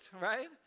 right